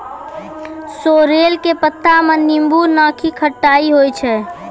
sorrel के पत्ता मॅ नींबू नाकी खट्टाई होय छै